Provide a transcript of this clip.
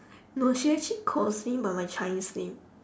no she actually calls me by my chinese name